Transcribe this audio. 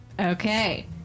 Okay